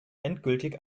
endgültig